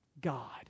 God